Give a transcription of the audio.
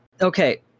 okay